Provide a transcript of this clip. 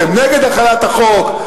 אתם נגד החלת החוק?